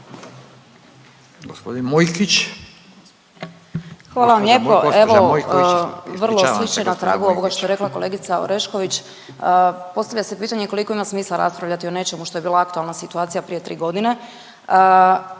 Ivana (DP)** Evo, vrlo slično na tragu ovoga što je rekla kolegica Orešković, postavlja se pitanje koliko ima smisla raspravljati o nečemu što je bila aktualna situacija prije 3 godine,